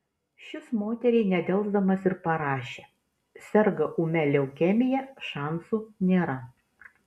šis moteriai nedelsdamas ir parašė serga ūmia leukemija šansų nėra